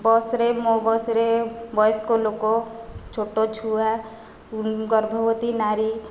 ବସ୍ରେ ମୋ ବସ୍ରେ ବୟସ୍କ ଲୋକ ଛୋଟ ଛୁଆ ଗର୍ଭବତୀ ନାରୀ